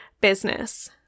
business